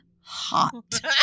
hot